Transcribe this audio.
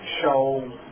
show